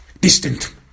distant